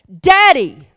daddy